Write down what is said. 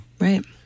Right